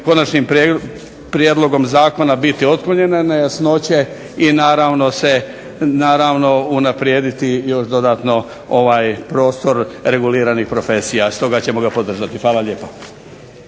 konačnim prijedlogom zakona biti otklonjene nejasnoće i naravno unaprijediti još dodatno ovaj prostor reguliranih profesija. Stoga ćemo ga podržati. Hvala lijepa.